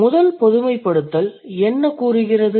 முதல் பொதுமைப்படுத்தல் என்ன கூறுகிறது